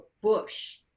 bush